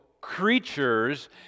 creatures